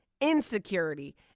insecurity